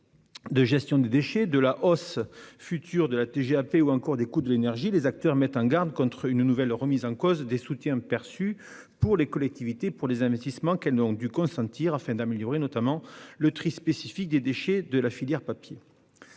de gestion des déchets, de la hausse future de la TGAP ou encore des coûts de l'énergie, les acteurs mettent en garde contre une nouvelle remise en cause des soutiens perçus par les collectivités pour les investissements qu'elles ont dû consentir afin d'améliorer, notamment, le tri spécifique des déchets de la filière papier.